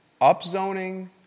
Upzoning